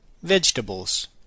Vegetables